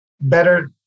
better